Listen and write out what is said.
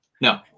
no